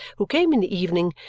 who came in the evening,